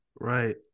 Right